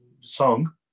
song